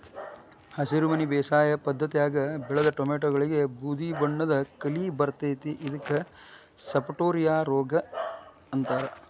ಹಸಿರುಮನಿ ಬೇಸಾಯ ಪದ್ಧತ್ಯಾಗ ಬೆಳದ ಟೊಮ್ಯಾಟಿಗಳಿಗೆ ಬೂದಿಬಣ್ಣದ ಕಲಿ ಬರ್ತೇತಿ ಇದಕ್ಕ ಸಪಟೋರಿಯಾ ರೋಗ ಅಂತಾರ